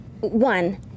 one